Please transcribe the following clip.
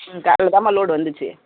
ம் காலைல தான்ம்மா லோடு வந்துச்சு